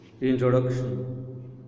Introduction